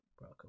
Bro